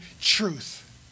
truth